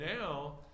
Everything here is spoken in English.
now